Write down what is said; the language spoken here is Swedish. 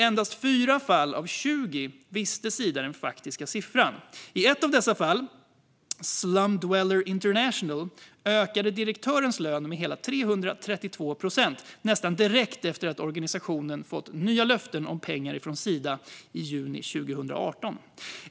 Endast i 4 fall av 20 känner Sida till den faktiska siffran. I ett av dessa fall, Slum Dwellers International, ökade direktörens lön med hela 332 procent nästan direkt efter det att organisationen fick nya löften om pengar från Sida i juni 2018.